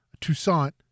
toussaint